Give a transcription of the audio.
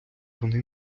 вони